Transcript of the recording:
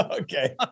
Okay